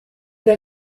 der